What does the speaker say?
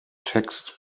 text